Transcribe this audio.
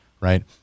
right